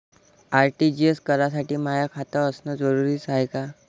RTGS करासाठी माय खात असनं जरुरीच हाय का?